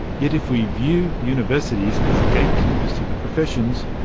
yet if we view universities as gatekeepers to the professions,